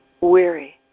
weary